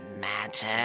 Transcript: matter